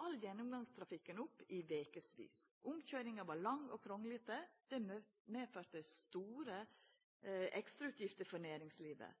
all gjennomgangstrafikken opp i vekevis. Omkøyringsvegen var lang og svingete. Det førte til store ekstrautgifter for næringslivet –